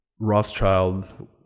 Rothschild